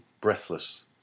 breathless